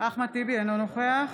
אינו נוכח